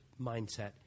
mindset